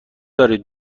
دارید